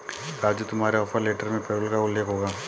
राजू तुम्हारे offer letter में payroll का उल्लेख होगा